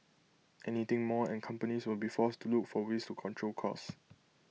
anything more and companies will be forced to look for ways to control cost